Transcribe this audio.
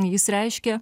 jis reiškia